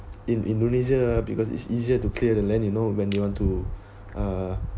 in indonesia because it's easier to clear the land you know when they want to uh